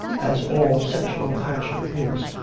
as all sexual passion is.